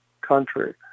country